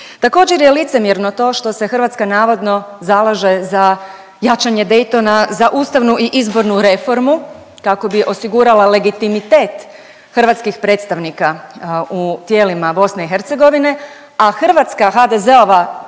Također je licemjerno to što se Hrvatska navodno zalaže za jačanje Daytona, za ustavnu i izbornu reformu kako bi osigurala legitimitet hrvatskih predstavnika u tijelima BiH, a hrvatska HDZ-ova